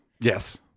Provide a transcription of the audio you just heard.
Yes